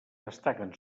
destaquen